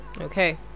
Okay